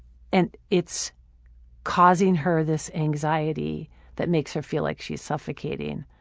and it's causing her this anxiety that makes her feel like she's suffocating.